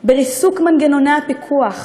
בריסוק מנגנוני הפיקוח,